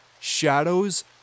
Shadows